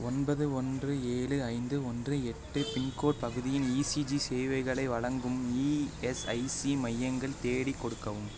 ஒன்பது ஒன்று ஏழு ஐந்து ஒன்று எட்டு பின்கோட் பகுதியில் ஈசிஜி சேவைகளை வழங்கும் இஎஸ்ஐசி மையங்கள் தேடி கொடுக்கவும்